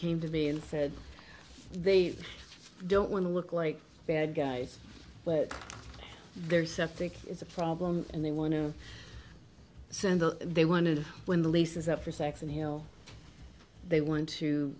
came to me and said they don't want to look like bad guys but they're septic is a problem and they want to send that they wanted when the lease is up for sex and he'll they want to